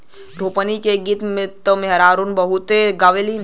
रोपनी क गीत त मेहरारू बहुते गावेलीन